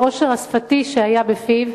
והעושר השפתי שהיה בפיו,